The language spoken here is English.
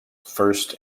first